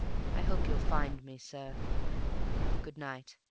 i hope you'll find me, sir good-night,